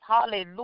Hallelujah